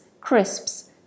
crisps